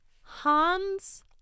Hans